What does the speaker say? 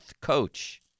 coach